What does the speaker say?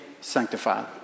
sanctified